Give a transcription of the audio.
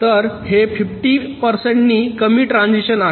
तर हे 50 टक्क्यांनी कमी ट्रान्झिशन आहे